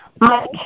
Mike